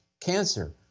cancer